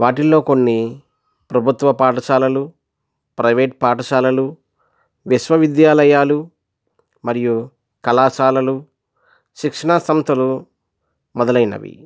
వాటిల్లో కొన్ని ప్రభుత్వ పాఠశాలలు ప్రైవేట్ పాఠశాలలు విశ్వవిద్యాలయాలు మరియు కళాశాలలు శిక్షణ సంస్థలు మొదలైనవి